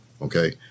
Okay